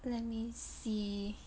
let me see